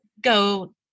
go